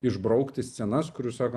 išbraukti scenas kurių sako